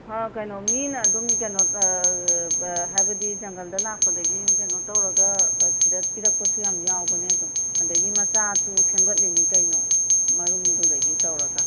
ꯀꯩꯅꯣ ꯃꯤꯅ ꯑꯗꯨꯝ ꯀꯩꯅꯣ ꯍꯥꯏꯕꯗꯤ ꯖꯪꯒꯜꯗ ꯂꯥꯛꯄꯗꯒꯤ ꯀꯩꯅꯣ ꯇꯧꯔꯒ ꯁꯤꯗ ꯄꯤꯔꯛꯄꯁꯨ ꯌꯥꯝ ꯌꯥꯎꯕꯅꯦ ꯑꯗꯨꯝ ꯑꯗꯒꯤ ꯃꯆꯥꯁꯨ ꯁꯦꯝꯒꯠꯂꯤꯅꯤ ꯀꯩꯅꯣ ꯃꯔꯨꯝꯗꯨꯗꯒꯤ ꯇꯧꯔꯒ